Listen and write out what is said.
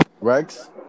Rex